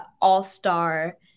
all-star